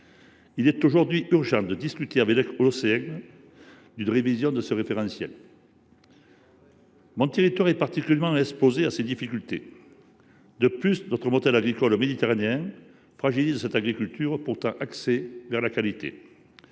Il est urgent de discuter avec l’OMC d’une révision de ce référentiel. Mon territoire est particulièrement exposé à ces difficultés. De plus, notre modèle agricole méditerranéen fragilise cette agriculture, qui est pourtant axée vers la qualité.